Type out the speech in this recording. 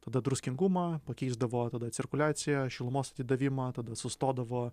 tada druskingumą pakeisdavo tada cirkuliaciją šilumos atidavimą tada sustodavo